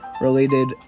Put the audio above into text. related